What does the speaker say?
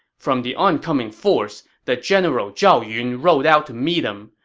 from the oncoming force, the general zhao yun rode out to meet him,